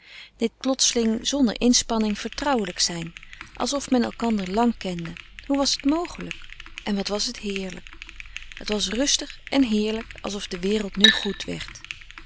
dit plotseling zonder inspanning vertrouwelijk zijn alsof men elkander lang kende hoe was het mogelijk en wat was het heerlijk het was rustig en heerlijk alsof de wereld nu goed werd